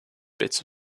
bits